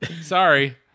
Sorry